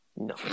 No